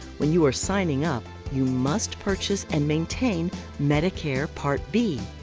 when you are signing up, you must purchase and maintain medicare part b.